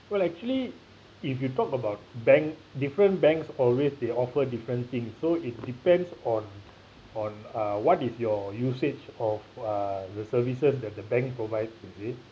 well actually if you talk about bank different banks always they offer different thing so it depends on on uh what is your usage of uh the services that the bank provides you see